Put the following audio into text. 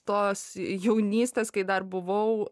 tos jaunystės kai dar buvau